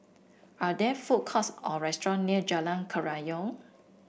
are there food courts or restaurant near Jalan Kerayong